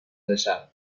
تاشب